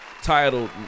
titled